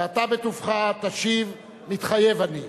ואתה בטובך תשיב "מתחייב אני".